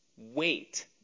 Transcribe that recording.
wait